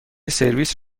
سرویس